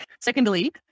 Secondly